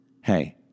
hey